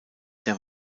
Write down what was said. der